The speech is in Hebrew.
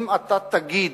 אם אתה תגיד,